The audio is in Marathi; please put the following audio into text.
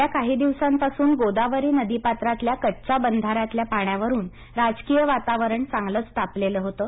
गेल्या काही दिवसांपासून गोदावरी नदीपात्रातल्या कच्च्या बंधाऱ्यातल्या पाण्यावरुन राजकीय वातावरण चांगलंच तापलेलं होतं